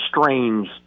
strange